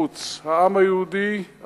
העם היהודי עבר את פרעה,